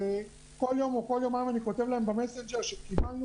כשכל יום או כל יומיים אני כותב להם במסנג'ר שקיבלנו